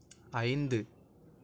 ஐந்து